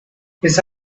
his